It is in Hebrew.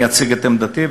אני אציג את עמדתי,